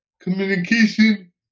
communication